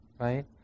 right